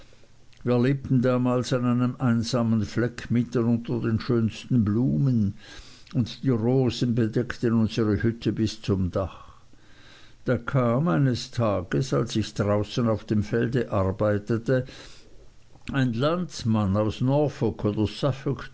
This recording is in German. wir lebten damals an einem einsamen fleck mitten unter den schönsten blumen und die rosen bedeckten unsere hütte bis zum dach da kam eines tages als ich draußen auf dem felde arbeitete ein landsmann aus